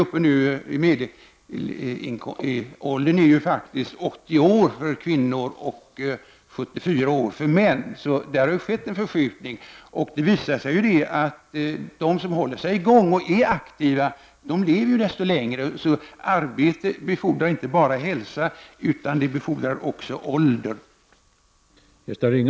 Medelåldern är nu faktiskt uppe i 80 år för kvinnor och 74 år för män. Det visar sig också att de som håller i gång och är aktiva lever desto längre. Arbete befordrar alltså inte bara hälsa utan också livslängd.